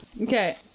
Okay